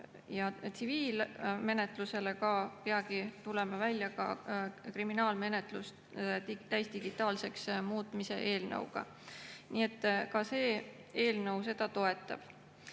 tsiviilmenetlusele tuleme peagi välja ka kriminaalmenetluse täisdigitaalseks muutmise eelnõuga. Nii et ka see eelnõu seda toetab.